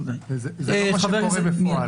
זה לא מה שקורה בפועל.